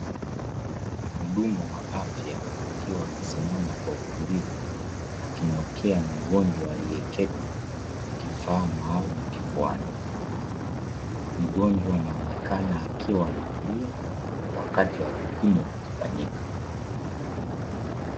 Mhudumu wa afya akiwa amesimama kwa utulivu akimwekea mgonjwa aliyeketi kifaa maalumu kifuani. Mgonjwa anaonekana akiwa ametulia wakati wa vipimo vikifanyika.